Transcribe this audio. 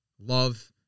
love